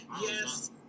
Yes